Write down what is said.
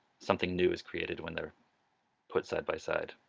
something new is created when they're put side-by-side.